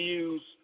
use